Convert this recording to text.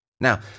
Now